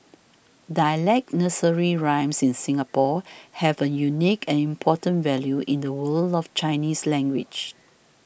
dialect nursery rhymes in Singapore have a unique and important value in the world of Chinese language